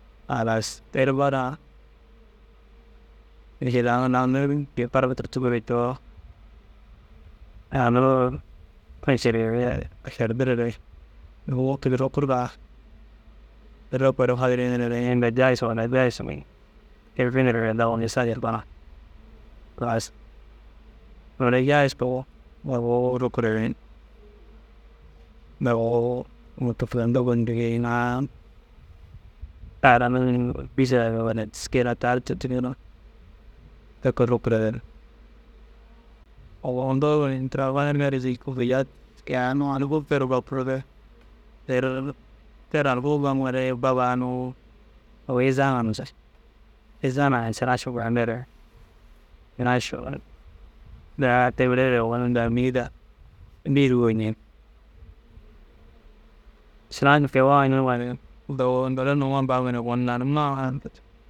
Halas teru bara mišil launum gii farar turtigire coo «unintelligible» ešerdiere nuu wôkid rukuruga kirire kore fadiryenere inda jaayis walla jaayišmi te finirere dago mesašir koona. Halas noore jayiskogo agu rukurere dagoo môto kilando gondirgi ina ara nuu bîsa walla teskiya ina tare turtigoo na te ke ru rukurere agu undoo ini tira gonirigaar jii kûi gijat ke a unnu aliguu per bapuro re teruu per aliguu baŋore bab a unnu izaa ŋa nusurug. Izaa na širaš burayindiere širanš daa te mire ogon daa minida biyir goyi ñeŋg. Širanš ni kei wawu ñenugore dago noore numa baŋoore gonim laa numa ŋa